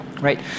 Right